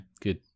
good